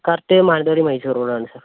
correct Mananthavady Mysore റോഡാണ് sir